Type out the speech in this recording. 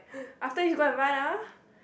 after eat go and run ah